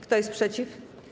Kto jest przeciw?